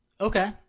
Okay